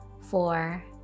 four